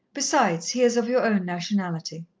besides, he is of your own nationality.